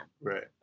Right